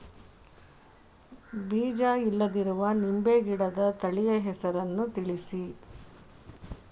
ಬೀಜ ಇಲ್ಲದಿರುವ ನಿಂಬೆ ಗಿಡದ ತಳಿಯ ಹೆಸರನ್ನು ತಿಳಿಸಿ?